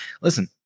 Listen